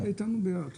אתה תהיה איתנו ביחד.